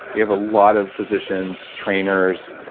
we have a lot of physician's trainers,